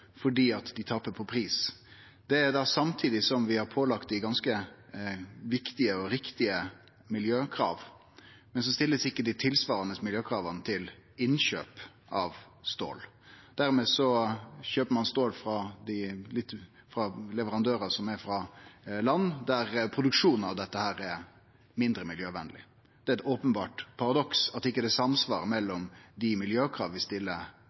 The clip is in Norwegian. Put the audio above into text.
fordi ein tapar på pris. Samtidig som vi har pålagt dei ganske viktige og riktige miljøkrav, stiller ein ikkje tilsvarande miljøkrav til innkjøp av stål. Dermed kjøper ein stål frå leverandørar som er frå land der produksjonen av stål er mindre miljøvenleg. Det er openbert eit paradoks at det ikkje er samsvar mellom dei miljøkrava vi stiller